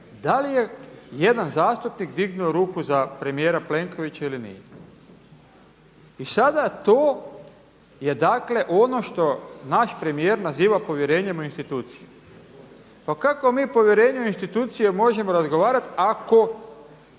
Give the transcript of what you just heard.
da li je jedan zastupnik dignuo ruku za premijera Plenkovića ili nije. I sada to je ono što naš premijer naziva povjerenjem u institucije. Pa kako mi o povjerenju u institucije možemo razgovarati ako